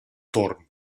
torn